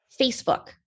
Facebook